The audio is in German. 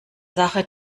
sache